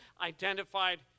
identified